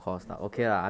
main spec